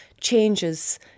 changes